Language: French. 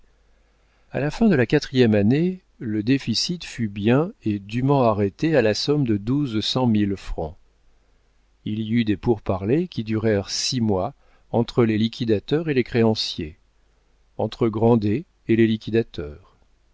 a la fin de la quatrième année le déficit fut bien et dûment arrêté à la somme de douze cent mille francs il y eut des pourparlers qui durèrent six mois entre les liquidateurs et les créanciers entre grandet et les liquidateurs